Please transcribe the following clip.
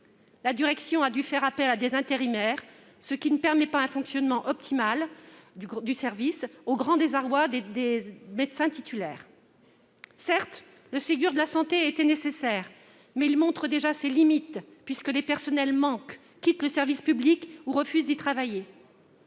La direction a dû faire appel à des intérimaires, ce qui ne permet pas un fonctionnement optimal du service, au grand désarroi des médecins titulaires. Certes, le Ségur de la santé était nécessaire, mais il montre déjà ses limites puisque les personnels manquent, quittent le service public ou refusent d'y travailler.